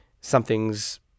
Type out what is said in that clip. something's